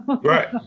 Right